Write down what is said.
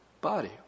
body